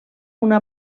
una